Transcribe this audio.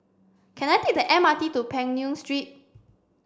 can I take the M R T to Peng Nguan Street